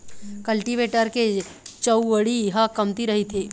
cultivator के चउड़ई ह कमती रहिथे